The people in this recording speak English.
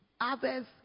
Others